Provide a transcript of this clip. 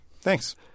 Thanks